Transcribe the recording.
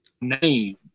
Name